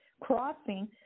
crossing